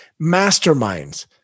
masterminds